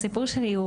הסיפור שלי,